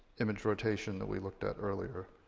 image rotation that we looked at earlier,